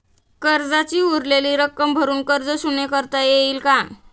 कर्जाची उरलेली रक्कम भरून कर्ज शून्य करता येईल का?